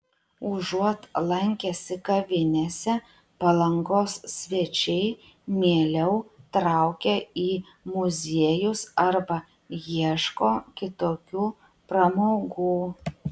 užuot lankęsi kavinėse palangos svečiai mieliau traukia į muziejus arba ieško kitokių pramogų